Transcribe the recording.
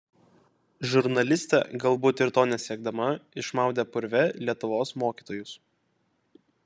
žurnalistė galbūt ir to nesiekdama išmaudė purve lietuvos mokytojus